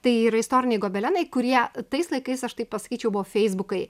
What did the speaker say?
tai yra istoriniai gobelenai kurie tais laikais aš taip pasakyčiau buvo feisbukai